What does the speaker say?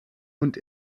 und